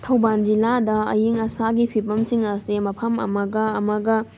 ꯊꯧꯕꯥꯜ ꯖꯤꯂꯥꯗ ꯑꯌꯤꯡ ꯑꯁꯥꯒꯤ ꯐꯤꯕꯝꯁꯤꯡ ꯑꯁꯤ ꯃꯐꯝ ꯑꯃꯒ ꯑꯃꯒ